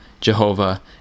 Jehovah